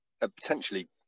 potentially